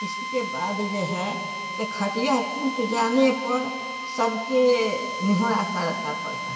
इसके बाद जो है से खटिया टूट जाने पर सबके निहुरा करना पड़ता है